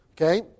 Okay